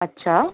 अच्छा